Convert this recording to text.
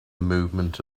movement